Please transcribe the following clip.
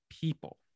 people